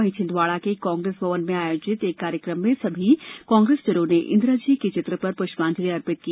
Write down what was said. वहीं छिंदवाडा के कांग्रेस भवन मे आयोजित एक कार्यक्रम मे समस्त कांग्रेसजनों ने इंदिराजी के चित्र पर प्रष्यांजलि अर्पित की